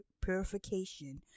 purification